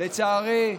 לצערי,